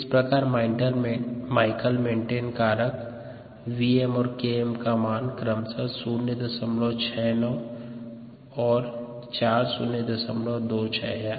इस प्रकार Michaelis Menten कारक Vm और Km का मान क्रमशः 069 और 4026 है